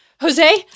Jose